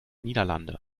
niederlande